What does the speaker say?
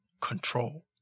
control